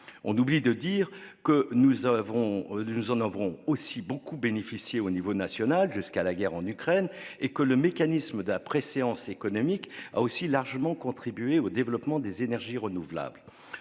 On oublie cependant que nous en avons beaucoup bénéficié, à l'échelon national, jusqu'à la guerre en Ukraine et que le mécanisme de la préséance économique a aussi largement contribué au développement des énergies renouvelables.